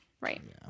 right